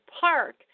park